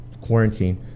quarantine